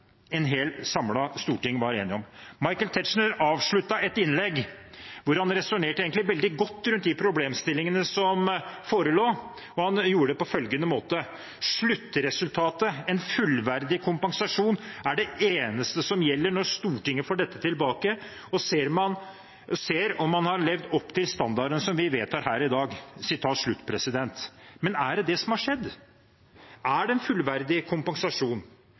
storting var enige om. Michael Tetzschner avsluttet et innlegg der han resonnerte veldig godt rundt de problemstillingene som forelå, på følgende måte: «Sluttresultatet, en fullverdig kompensasjon, er det eneste som gjelder når Stortinget får dette tilbake og ser om man har levd opp til standarden som vi vedtar her i dag.» Men er det det som har skjedd? Er det en fullverdig kompensasjon?